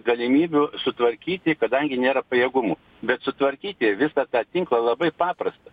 galimybių sutvarkyti kadangi nėra pajėgumų bet sutvarkyti visą tą tinklą labai paprasta